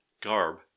garb